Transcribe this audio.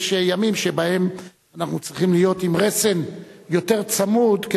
ויש ימים שבהם אנחנו צריכים להיות עם רסן יותר צמוד,